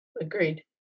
Agreed